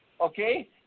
okay